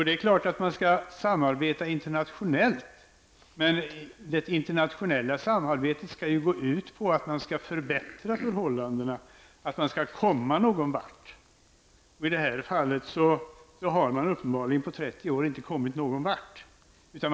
Det är klart att man ska samarbete internationellt, men det internationella samarbetet skall gå ut på att man förbättrar förhållandena och att man kommer någon vart. I detta fall har man inte kommit någon vart på 30 år.